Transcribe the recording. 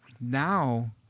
now